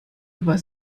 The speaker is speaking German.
über